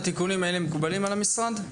התיקונים האלה מקובלים על המשרד,